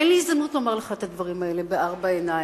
אין לי הזדמנות לומר לך את הדברים האלה בארבע עיניים.